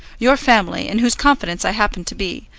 your family, in whose confidence i happen to be,